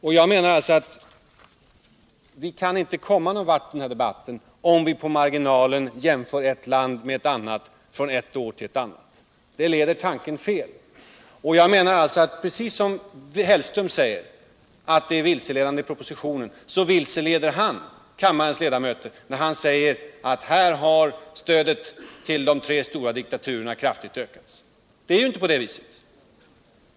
Vi kan inte komma nägon vart i denna debatt, om vi på marginalen jämför ett land med ett annat från ett är till ett annat. Det leder tanken fel. Precis som Mats Hellström påstår att propositionen är vilseledande vilseleder han själv kammarens ledamöter, när han säger att stödet till de tre stora diktaturstaterna kraftigt har ökats. Det är inte så.